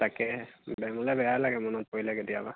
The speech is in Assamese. তাকে মেমলৈ বেয়া লাগে মনত পৰিলে কেতিয়াবা